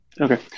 Okay